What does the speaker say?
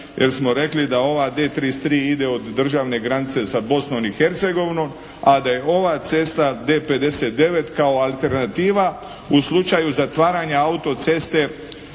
jer smo rekli da ova D33 ide od državne granice sa Bosnom i Hercegovinom, a da je ova cesta D59 kao alternativa u slučaju zatvaranja autoceste